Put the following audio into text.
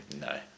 No